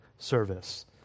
service